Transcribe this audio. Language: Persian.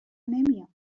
نمیاد